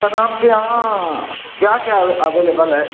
سر آپ کے یہاں کیا کیا اویلیبل ہے